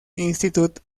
institute